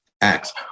Acts